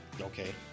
okay